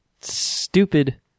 stupid